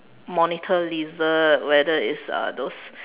monitor lizard whether it's uh those